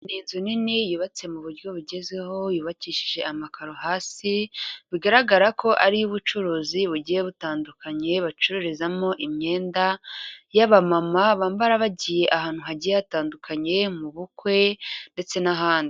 Ni inzu nini yubatse mu buryo bugezweho, yubakishije amakaro hasi, bigaragara ko ari iy'ubucuruzi bugiye butandukanye, bacururizamo imyenda y'abamama bambara bagiye ahantu hagiye hatandukanye, mu bukwe ndetse n'ahandi.